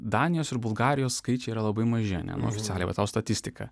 danijos ir bulgarijos skaičiai yra labai maži ane nu oficialiai va tau statistika